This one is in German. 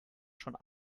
schon